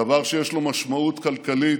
דבר שיש לו משמעות כלכלית